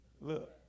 Look